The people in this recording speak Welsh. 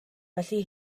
felly